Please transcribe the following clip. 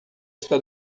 está